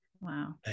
wow